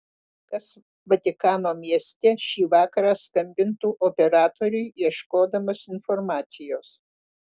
kas vatikano mieste šį vakarą skambintų operatoriui ieškodamas informacijos